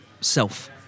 Self